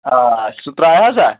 آ سُہ تراوٕ ہسا